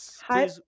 Hi